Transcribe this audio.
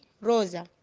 Rosa